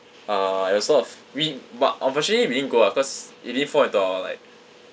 uh it was sort of we but unfortunately we didn't go ah cause it didn't fall into our like